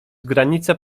granica